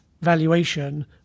valuation